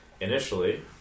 initially